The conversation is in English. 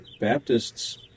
Baptists